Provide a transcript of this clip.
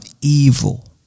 evil